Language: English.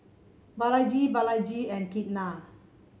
Balaji Balaji and Ketna